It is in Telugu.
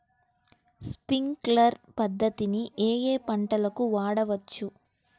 స్ప్రింక్లర్ పద్ధతిని ఏ ఏ పంటలకు వాడవచ్చు?